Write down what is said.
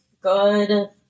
good